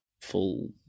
full